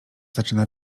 zaczyna